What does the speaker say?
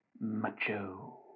macho